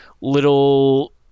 little